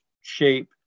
shape